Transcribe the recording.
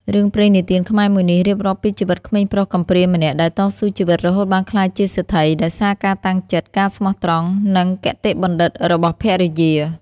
រឿងព្រេងនិទានខ្មែរមួយនេះ រៀបរាប់ពីជីវិតក្មេងប្រុសកំព្រាម្នាក់ដែលតស៊ូជីវិត រហូតបានក្លាយជាសេដ្ឋី ដោយសារការតាំងចិត្ត ការស្មោះត្រង់ និងគតិបណ្ឌិតរបស់ភរិយា។